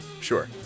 Sure